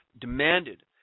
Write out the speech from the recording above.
demanded